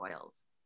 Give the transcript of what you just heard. oils